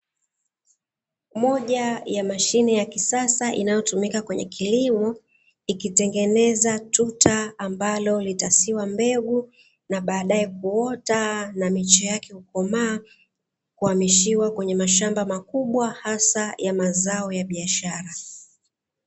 Moja ya mashine ya kisasa inayotumika kwenye kilimo ikitengeneza tuta ambalo litasiwa mbegu, na baadae kuota na miche yake kukomaa kuhamishiwa kwenye mashamba makubwa, hasa ya mazao ya biashara.